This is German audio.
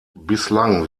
bislang